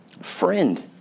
Friend